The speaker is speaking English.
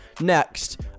next